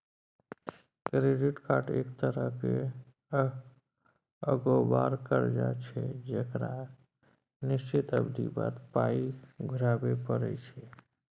credit card एक तरहक अगोबार करजा छै जकरा निश्चित अबधी बाद पाइ घुराबे परय छै